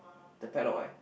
the padlock why